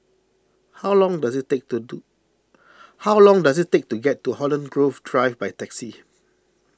how long does it take to do how long does it take to get to Holland Grove Drive by taxi